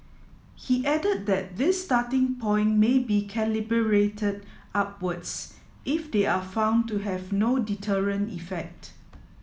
he added that this starting point may be calibrated upwards if they are found to have no deterrent effect